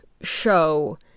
show